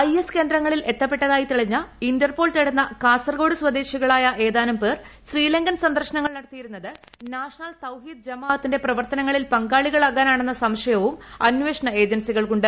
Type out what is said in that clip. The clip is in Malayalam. ഐ എസ് കേന്ദ്രങ്ങളിൽ എത്തപ്പെട്ടതായി തെളിഞ്ഞ ഇന്റർപോൾ തേടുന്ന കാസർഗോഡ് നിന്നുള്ളവരിൽ ഏതാനും പേർ ശ്രീലങ്കൻ സന്ദർശനങ്ങൾ നടത്തിയിരുന്നത് നാഷണൽ തൌഹീദ് ജമാ അത്തിന്റെ പ്രവർത്തങ്ങളിൽ പങ്കാളികളാകാനാണെന്ന സംശയവും അന്വേഷണ ഏജൻസികൾക്കുണ്ട്